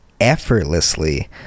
effortlessly